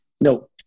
no